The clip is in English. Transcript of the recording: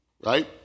Right